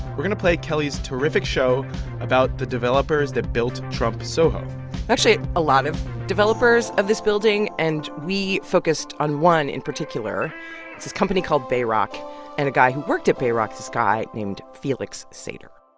we're going to play kelly's terrific show about the developers that built trump soho actually a lot of developers of this building, and we focused on one in particular it's this company called bayrock and a guy who worked at bayrock, this guy named felix sater